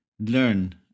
learn